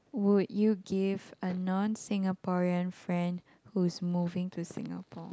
would you give a non Singaporean friend who's moving to Singapore